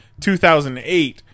2008